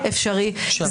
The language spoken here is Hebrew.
--- שואלים שאלות ענייניות,